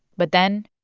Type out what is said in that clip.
but then,